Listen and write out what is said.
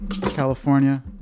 California